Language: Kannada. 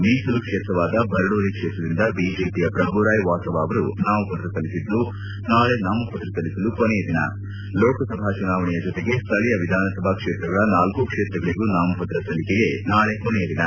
ಮೀಸಲು ಕ್ಷೇತ್ರವಾದ ಬರಡೋಲಿ ಕ್ಷೇತ್ರದಿಂದ ಬಿಜೆಪಿಯ ಪ್ರಭುಬಾಯ್ ವಾಸವ ಅವರು ನಾಮಪತ್ರ ಸಲ್ಲಿಸಿದ್ದು ನಾಳೆ ನಾಮಪತ್ರ ಸಲ್ಲಿಸಲು ಕೊನೆಯ ದಿನ ಲೋಕಸಭಾ ಚುನಾವಣೆಯ ಜೊತೆಗೆ ಸ್ನಳೀಯ ವಿಧಾನಸಭಾ ಕ್ಷೇತ್ರಗಳ ನಾಲ್ಕೂ ಕ್ಷೇತ್ರಗಳಿಗೂ ನಾಮಪತ್ರ ಸಲ್ಲಿಕೆಗೆ ನಾಳೆ ಕೊನೆಯ ದಿನ